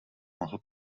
mohl